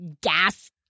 gas